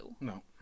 No